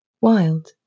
wild